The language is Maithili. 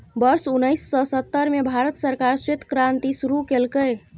वर्ष उन्नेस सय सत्तर मे भारत सरकार श्वेत क्रांति शुरू केलकै